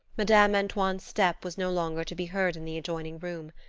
madame antoine's step was no longer to be heard in the adjoining room.